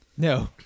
No